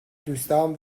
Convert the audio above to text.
دوستام